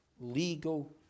legal